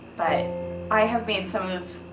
but i have made some of